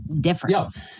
difference